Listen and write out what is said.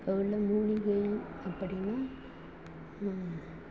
அதில் உள்ள மூலிகை அப்படின்னா